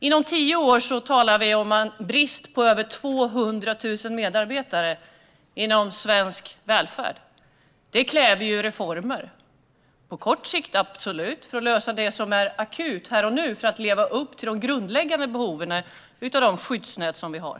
Inom tio år talar vi om en brist på över 200 000 medarbetare inom svensk välfärd. Det kräver reformer. Det krävs absolut reformer på kort sikt för att lösa det som är akut här och nu för att leva upp till de grundläggande behoven av de skyddsnät som vi har.